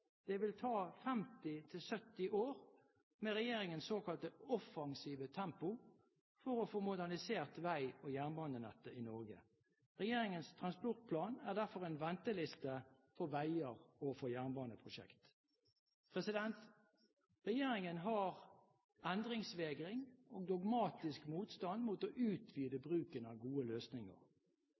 Det vil ta 50–70 år med regjeringens såkalte offensive tempo for å få modernisert vei- og jernbanenettet i Norge. Regjeringens transportplan er derfor en venteliste for veier og for jernbaneprosjekt. Regjeringen har endringsvegring og dogmatisk motstand mot å utvide bruken av gode løsninger.